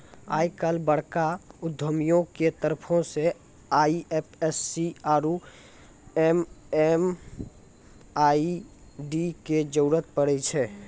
आइ काल्हि बड़का उद्यमियो के तरफो से आई.एफ.एस.सी आरु एम.एम.आई.डी के जरुरत पड़ै छै